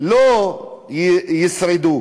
לא ישרדו.